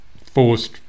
forced